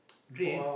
drain